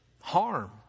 harm